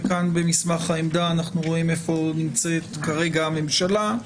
וכאן במסמך העמדה אנחנו רואים איפה נמצאת כרגע הממשלה.